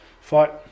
fight